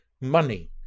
money